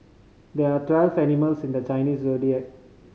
there are twelve animals in the Chinese Zodiac